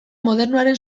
modernoaren